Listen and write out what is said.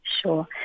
Sure